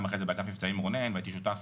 גם אחרי זה באגף מבצעים עם רונן והייתי שותף